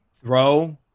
Throw